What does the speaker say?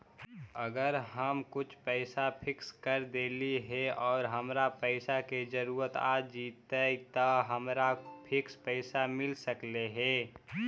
अगर हम कुछ पैसा फिक्स कर देली हे और हमरा पैसा के जरुरत आ जितै त का हमरा फिक्स पैसबा मिल सकले हे?